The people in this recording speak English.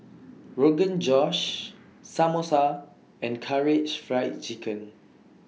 Rogan Josh Samosa and Karaage Fried Chicken